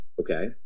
Okay